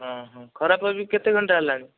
ହଁ ହଁ ଖରାପ ହେଇକି କେତେ ଘଣ୍ଟା ହେଲାଣି